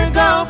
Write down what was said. go